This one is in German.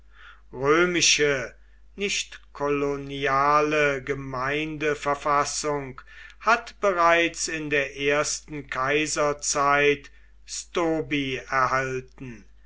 römische nicht koloniale gemeindeverfassung hat bereits in der ersten kaiserzeit stobi erhalten